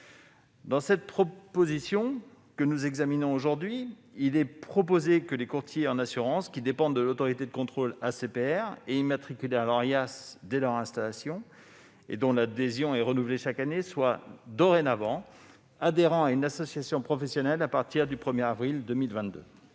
Dans le texte que nous examinons aujourd'hui, il est proposé que les courtiers en assurances qui dépendent de l'autorité de contrôle, à savoir l'ACPR, et sont immatriculés à l'Orias dès leur installation et dont l'adhésion est renouvelée chaque année soient adhérents d'une association professionnelle à partir du 1 avril 2022.